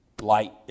light